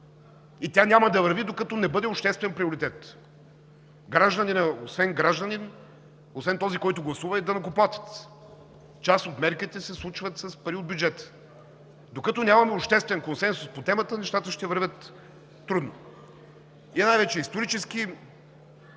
И тя няма да върви, докато не бъде обществен приоритет. Гражданинът, освен гражданин, освен този, който гласува, е данъкоплатец. Част от мерките се случват с пари от бюджета. Докато нямаме обществен консенсус по темата, нещата ще вървят трудно. И най-вече, исторически